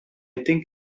think